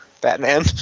Batman